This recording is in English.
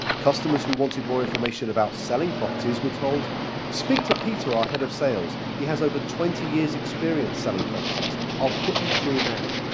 customers who wanted more information about selling properties were told speak to peter, our head of sales. he has over twenty years' experience selling properties. i'll put you through now.